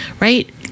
right